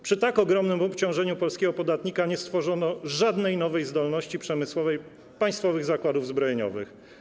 Przy tak ogromnym obciążeniu polskiego podatnika nie stworzono żadnej nowej zdolności przemysłowej państwowych zakładów zbrojeniowych.